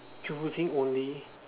using only